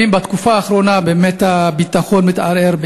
בתקופה האחרונה הביטחון מתערער,